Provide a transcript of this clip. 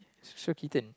so Keaton